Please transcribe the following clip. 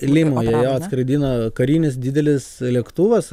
limoje jo atskraidino karinis didelis lėktuvas